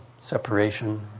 separation